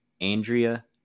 Andrea